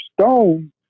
Stone